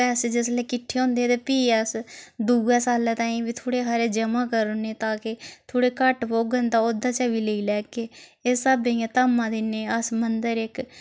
पैसे जिसलै किट्ठे होंदे ते फ्ही अस दुए सालै ताईं बी थोह्ड़े हारे जमां कर उड़ने ताके थोह्ड़े घट्ट पौङन तां ओह्दे चा बी लेई लैगे इस स्हाबै दियां धामां दिन्ने अस मंदर इक